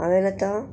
हांवें आतां